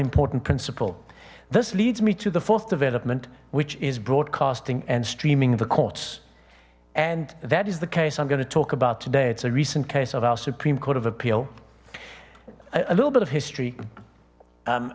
important principle this leads me to the fourth development which is broadcasting and streaming the courts and that is the case i'm going to talk about today it's a recent case of our supreme court of appeal a little bit of history